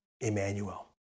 Emmanuel